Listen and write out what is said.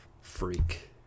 freak